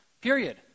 period